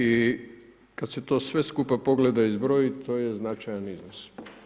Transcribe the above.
I kada se to sve skupa pogleda i zbroji, to je značajan iznos.